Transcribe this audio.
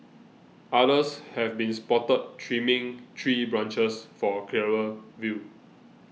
others have been spotted trimming tree branches for a clearer view